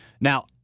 Now